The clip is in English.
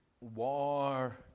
war